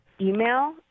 email